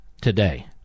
today